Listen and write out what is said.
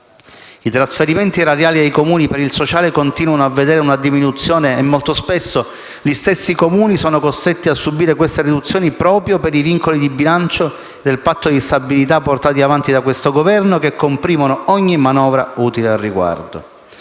I trasferimenti erariali ai Comuni per il sociale continuano a vedere una diminuzione e molto spesso gli stessi Comuni sono costretti a subire queste riduzioni proprio per i vincoli di bilancio del Patto di stabilità portati avanti da questo Governo, che comprimono ogni manovra utile al riguardo.